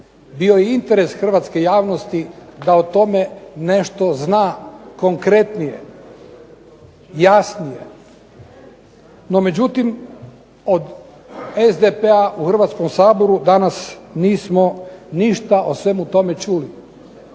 Bio je interes hrvatske javnosti da o tome nešto zna konkretnije, jasnije. No međutim, od SDP-a u Hrvatskom saboru danas nismo ništa o svemu tome čuli.